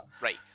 Right